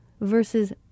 versus